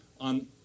on